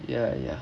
ya ya